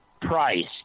price